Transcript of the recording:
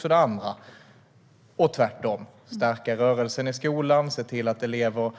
Samma sak gäller åt andra hållet: Att stärka rörelsen i skolan och se till att elever